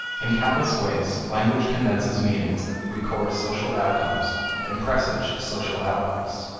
in countless ways, language condenses meanings that record social outcomes and presage social outlooks.